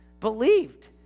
believed